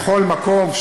בכל מקום,